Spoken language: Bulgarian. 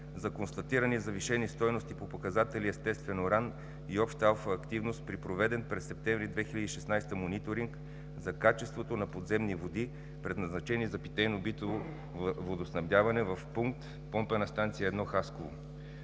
за констатирани завишени стойности по показатели естествен уран и обща алфа-активност при проведен през септември 2016 г. мониторинг за качеството на подземни води, предназначени за питейно битово водоснабдяване в пункт „Помпена станция 1“ – Хасково.